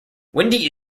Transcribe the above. windy